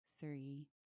three